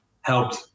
helped